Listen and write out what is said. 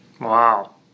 Wow